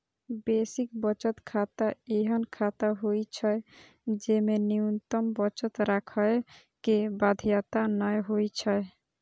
basic बचत खाता एहन खाता होइ छै, जेमे न्यूनतम बचत राखै के बाध्यता नै होइ छै